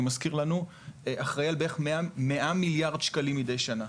מזכיר לנו אחראי על בערך על מאה מיליארד שקלים מדי שנה.